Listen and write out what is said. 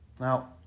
Now